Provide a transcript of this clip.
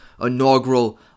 inaugural